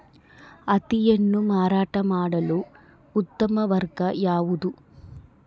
ಹತ್ತಿಯನ್ನು ಮಾರಾಟ ಮಾಡಲು ಉತ್ತಮ ಮಾರ್ಗ ಯಾವುದು?